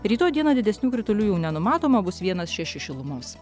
rytoj dieną didesnių kritulių jau nenumatoma bus vienas šeši šilumos